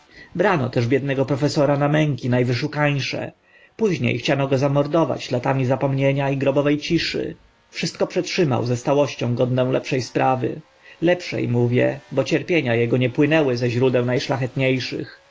brano też biednego profesora na męki na wyszukańsze późnie chciano go zamordować latami zapomnienia i grobowe ciszy wszystko przetrzymał ze stałością godną lepsze sprawy lepsze mówię bo cierpienia ego nie płynęły ze źródeł na